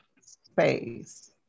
space